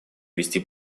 вести